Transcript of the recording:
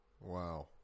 Wow